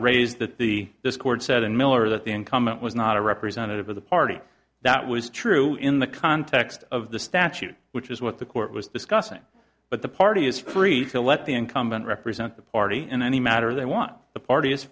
raised that the this court said and miller that the incumbent was not a representative of the party that was true in the context of the statute which is what the court was discussing but the party is free to let the incumbent represent the party in any matter they want the party is